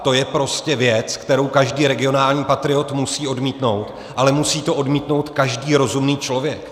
To je prostě věc, kterou každý regionální patriot musí odmítnout, ale musí to odmítnout každý rozumný člověk.